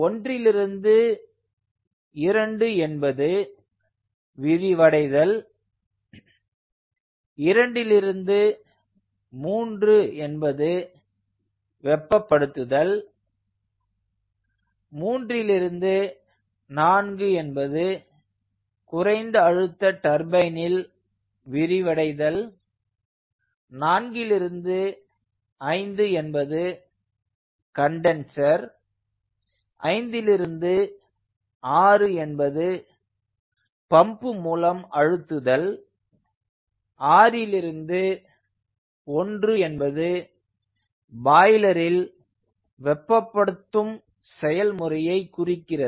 1லிருந்து 2 என்பது விரிவடைதல் 2 லிருந்து 3 என்பது வெப்ப படுத்துதல் 3 லிருந்து 4 என்பது குறைந்த அழுத்த டர்பைனில் விரிவடைதல் 4 லிருந்து 5 என்பது கன்டன்ஸர் 5 லிருந்து 6 என்பது பம்ப் மூலம் அழுத்துதல் 6 லிருந்து 1 என்பது பாய்லரில் வெப்பப்படுத்தும் செயல்முறையை குறிக்கிறது